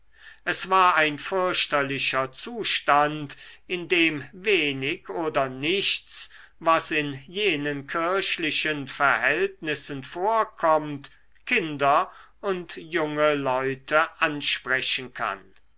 es war ein fürchterlicher zustand indem wenig oder nichts was in jenen kirchlichen verhältnissen vorkommt kinder und junge leute ansprechen kann